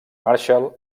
marshall